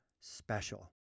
special